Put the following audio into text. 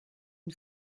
une